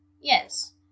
Yes